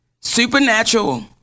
Supernatural